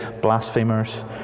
blasphemers